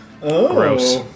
Gross